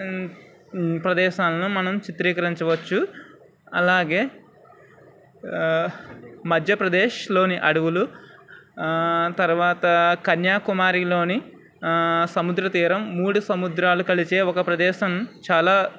ప్రదేశాలను మనం చిత్రీకరించవచ్చు అలాగే మధ్యప్రదేశ్లోని అడవులు తర్వాత కన్యాకుమారిలోని సముద్రతీరం మూడు సముద్రాలు కలిసే ఒక ప్రదేశం చాలా